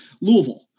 Louisville